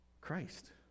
Christ